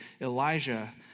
Elijah